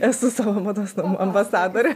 esu savo mados namų ambasadorė